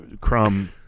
Crumb